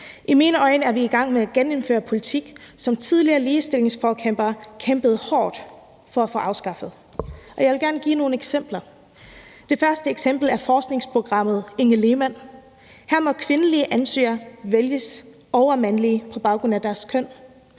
I mine øjne er vi i gang med at genindføre politik, som tidligere ligestillingsforkæmpere kæmpede hårdt for at få afskaffet, og jeg vil gerne give nogle eksempler. Det første eksempel er forskningsprogrammet Inge Lehmann. Her må kvindelige ansøgere vælges over mandlige på baggrund af deres køn.